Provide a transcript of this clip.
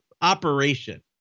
operation